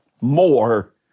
more